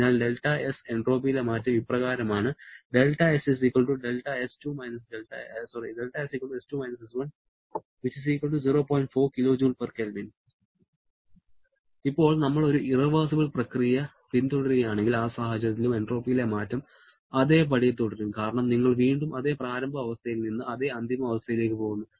അതിനാൽ ΔS എൻട്രോപ്പിയിലെ മാറ്റം ഇപ്രകാരമാണ് ഇപ്പോൾ നമ്മൾ ഒരു ഇറവെർസിബിൾ പ്രക്രിയ പിന്തുടരുകയാണെങ്കിൽആ സാഹചര്യത്തിലും എൻട്രോപ്പിയിലെ മാറ്റം അതേപടി തുടരും കാരണം നിങ്ങൾ വീണ്ടും അതേ പ്രാരംഭ അവസ്ഥയിൽ നിന്ന് അതേ അന്തിമ അവസ്ഥയിലേക്ക് പോകുന്നു